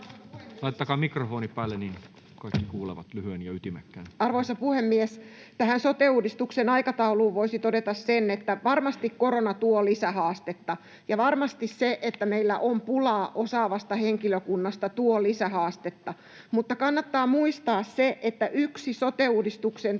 Arvoisa puhemies! Tähän sote-uudistuksen aikatauluun voisi todeta sen, että varmasti korona tuo lisähaastetta, ja varmasti se, että meillä on pulaa osaavasta henkilökunnasta, tuo lisähaastetta, mutta kannattaa muistaa se, että yksi sote-uudistuksen